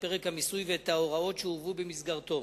פרק המיסוי ואת ההוראות שהובאו במסגרתו.